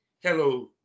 Hello